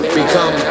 become